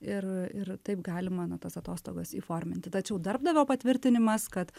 ir ir taip galima na tas atostogos įforminti tačiau darbdavio patvirtinimas kad